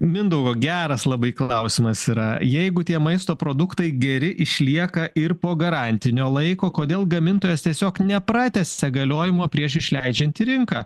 mindaugo geras labai klausimas yra jeigu tie maisto produktai geri išlieka ir po garantinio laiko kodėl gamintojas tiesiog nepratęsia galiojimo prieš išleidžiant į rinką